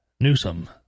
Newsom